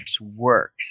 works